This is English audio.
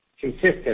consistent